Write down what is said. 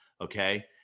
Okay